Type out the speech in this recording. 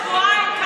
שבועיים?